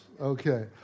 Okay